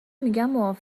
میگم